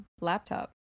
laptop